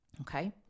Okay